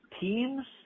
teams